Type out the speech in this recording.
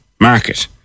market